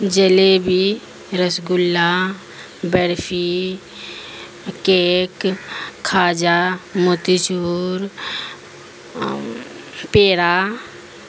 jalebi rasgulla barfi cake khaja motichoor para